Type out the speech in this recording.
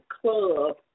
club